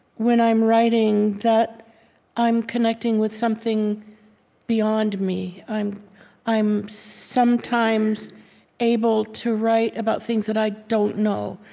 when i'm writing, that i'm connecting with something beyond me. i'm i'm sometimes able to write about things that i don't know,